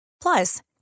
Plus